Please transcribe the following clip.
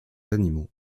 animaux